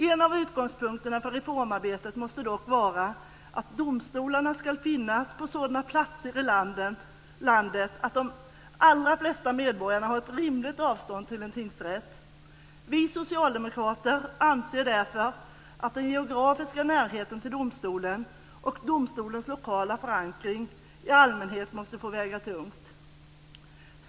En av utgångspunkterna för reformarbetet måste dock vara att domstolarna ska finnas på sådan platser i landet att de allra flesta medborgarna har ett rimligt avstånd till en tingsrätt. Vi socialdemokrater anser därför att den geografiska närheten till domstolen och domstolens lokala förankring i allmänhet måste få väga tungt.